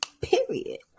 Period